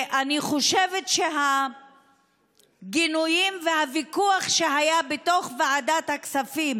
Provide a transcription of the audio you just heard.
אני חושבת שהגינויים והוויכוח שהיו בוועדת הכספים